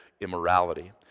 immorality